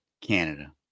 Canada